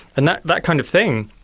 and that that kind of thing,